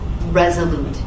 resolute